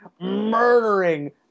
murdering